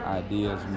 ideas